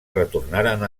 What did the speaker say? retornaren